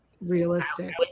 realistic